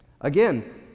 Again